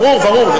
ברור.